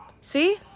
See